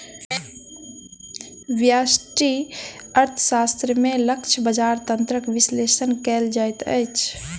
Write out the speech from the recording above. व्यष्टि अर्थशास्त्र में लक्ष्य बजार तंत्रक विश्लेषण कयल जाइत अछि